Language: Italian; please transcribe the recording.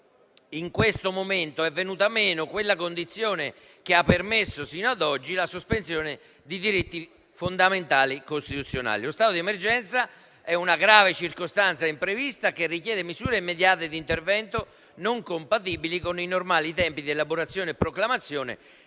in questo momento «è venuta meno (...) quella condizione che ha permesso, sino ad oggi, la sospensione di diritti costituzionali fondamentali. Lo stato di emergenza, infatti, è una grave circostanza imprevista che richiede misure immediate di intervento, non compatibili con i normali tempi di elaborazione e proclamazione